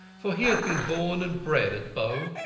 for he had been born and bred at bow,